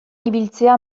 ibiltzea